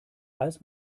als